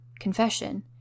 confession